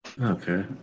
Okay